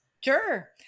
Sure